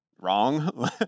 Wrong